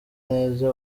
neza